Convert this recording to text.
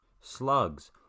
Slugs